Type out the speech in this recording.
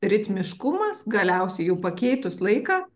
ritmiškumas galiausiai jau pakeitus laiką